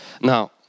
Now